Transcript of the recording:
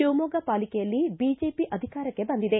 ಶಿವಮೊಗ್ಗ ಪಾಲಿಕೆಯಲ್ಲಿ ಬಿಜೆಪಿ ಅಧಿಕಾರಕ್ಕೆ ಬಂದಿದೆ